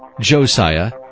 Josiah